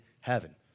heaven